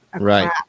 Right